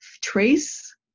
trace